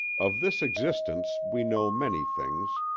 of this existence we know many things,